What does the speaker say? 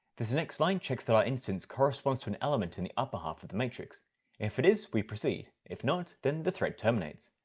this next line checks that our instance corresponds to an element in the upper half of the matrix if it is we proceed if not then the thread terminates.